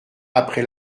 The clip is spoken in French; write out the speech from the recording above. après